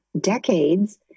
decades